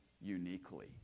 uniquely